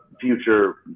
future